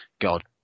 God